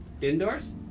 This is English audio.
Indoors